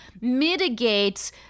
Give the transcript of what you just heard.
mitigates